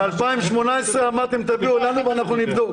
ב-2018 אמרתם תביאו לנו ואנחנו נבדוק.